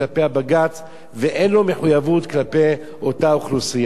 בג"ץ ואין לו מחויבות כלפי אותה אוכלוסייה?